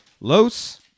Los